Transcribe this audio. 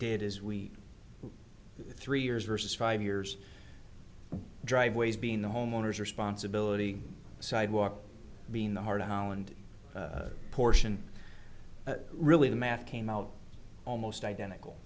did is we three years versus five years driveways being the homeowners responsibility sidewalk being the heart holland portion really the math came out almost